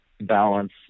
balance